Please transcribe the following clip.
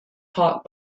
talk